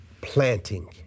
planting